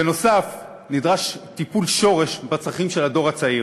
בנוסף, נדרש טיפול שורש בצרכים של הדור הצעיר,